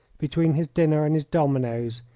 between his dinner and his dominoes,